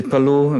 תתפלאו,